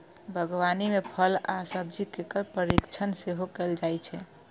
बागवानी मे फल आ सब्जी केर परीरक्षण सेहो कैल जाइ छै